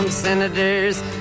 Senators